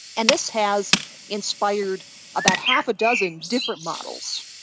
and this has inspired about half a dozen different models.